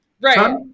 Right